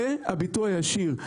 זה הביטוי הישיר.